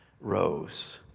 rose